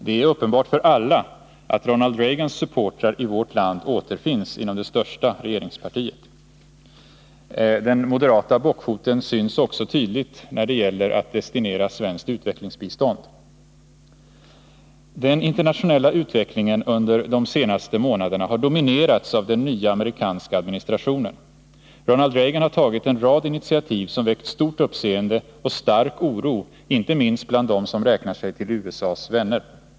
Det är uppenbart för alla att Ronald Reagans supportrar i vårt land återfinns inom det största regeringspartiet. Den moderata bockfoten syns också tydligt när det gäller att destinera svenskt utvecklingsbistånd. Den internationella utvecklingen under de senaste månaderna har dominerats av den nya amerikanska administrationen. Ronald Reagan har tagit en rad initiativ som väckt stort uppseende och stark oro, inte minst bland dem som räknar sig till USA:s vänner.